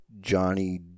Johnny